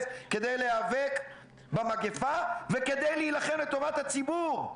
כדי להיאבק במגפה וכדי להילחם לטובת הציבור.